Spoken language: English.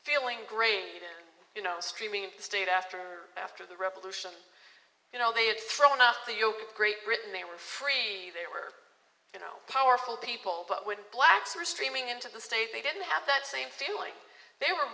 feeling great you know streaming in state after after the revolution you know they had thrown up the great britain they were free they were you know powerful people but when blacks are streaming into the state they didn't have that same feeling they were